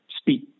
speak